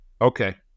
Okay